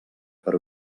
per